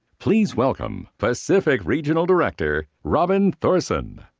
please welcome pacific regional director robyn thorson.